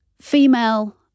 female